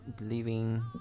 living